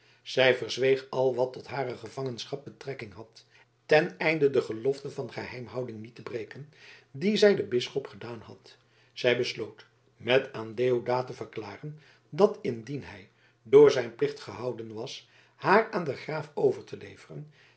zij verzweeg al wat tot hare gevangenschap betrekking had ten einde de gelofte van geheimhouding niet te breken die zij den bisschop gedaan had zij besloot met aan deodaat te verklaren dat indien hij door zijn plicht gehouden was haar aan den graaf over te leveren